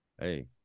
hey